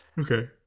okay